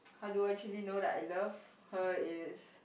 how do I actually know that I love her is